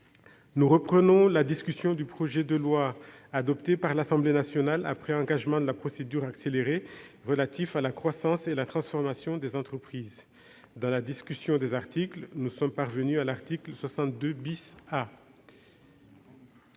Nous reprenons la discussion du projet de loi, adopté par l'Assemblée nationale après engagement de la procédure accélérée, relatif à la croissance et la transformation des entreprises. Dans la discussion du texte de la commission spéciale, nous en